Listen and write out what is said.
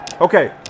okay